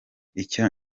icyo